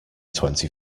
twenty